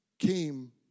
came